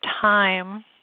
time